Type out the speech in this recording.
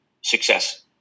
success